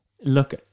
Look